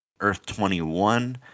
Earth-21